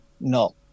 No